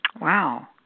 Wow